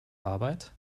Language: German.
arbeit